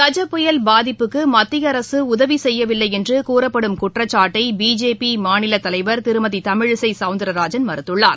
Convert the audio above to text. கஜ புயல் பாதிப்புக்கு மத்திய அரசு உதவி செய்யவில்லை என்று கூறப்படும் குற்றச்சாட்டை பிஜேபி மாநிலத் தலைவர் திருமதி தமிழிசை சவுந்தரராஜன் மறுத்துள்ளார்